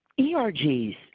ERGs